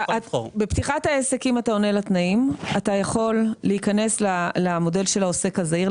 בפתיחת העסק אם אתה עונה לתנאים אתה יכול להיכנס למודל של העוסק הזעיר,